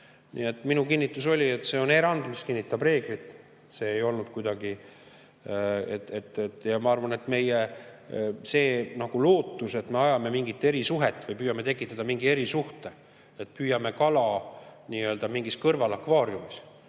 tasemel. Minu kinnitus oli, et see on erand, mis kinnitab reeglit. See ei olnud kuidagi ... Ja ma arvan, et see lootus, et me ajame mingit erisuhet või püüame tekitada mingi erisuhte, et püüame kala mingis kõrvalakvaariumis,